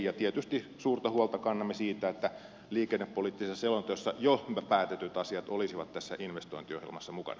ja tietysti suurta huolta kannamme siitä että liikennepoliittisessa selonteossa jo päätetyt asiat olisivat tässä investointiohjelmassa mukana